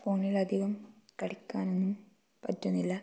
ഫോണിലധികം കളിക്കാനൊന്നും പറ്റുന്നില്ല